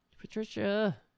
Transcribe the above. Patricia